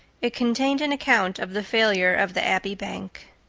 it contained an account of the failure of the abbey bank.